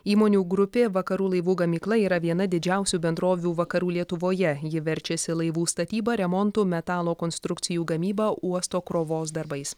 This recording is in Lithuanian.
įmonių grupė vakarų laivų gamykla yra viena didžiausių bendrovių vakarų lietuvoje ji verčiasi laivų statyba remontu metalo konstrukcijų gamyba uosto krovos darbais